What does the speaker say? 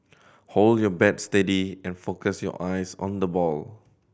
hold your bat steady and focus your eyes on the ball